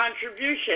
contribution